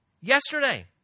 Yesterday